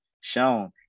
shown